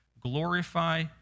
Glorify